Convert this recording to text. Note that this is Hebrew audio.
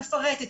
מפרטת,